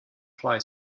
fly